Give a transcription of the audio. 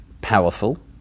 powerful